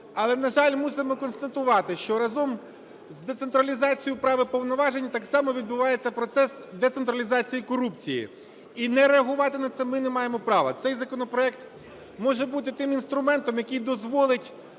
Але, на жаль, мусимо констатувати, що разом з децентралізацією прав і повноважень так само відбувається процес децентралізації корупції. І не реагувати на це ми не маємо права. Цей законопроект може бути тим інструментом, який дозволить